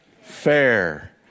fair